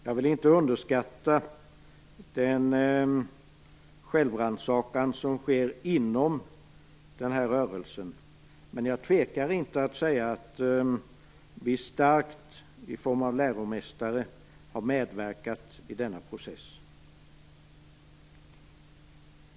Jag vill inte underskatta den självrannsakan som sker inom rörelsen, men jag tvekar inte att säga att Centerpartiet i form av läromästare starkt har medverkat i denna process.